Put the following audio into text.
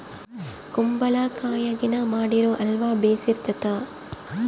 ಕುಂಬಳಕಾಯಗಿನ ಮಾಡಿರೊ ಅಲ್ವ ಬೆರ್ಸಿತತೆ